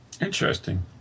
Interesting